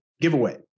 Giveaway